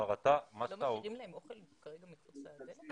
משאירים להם אוכל מחוץ לדלת?